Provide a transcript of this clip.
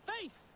Faith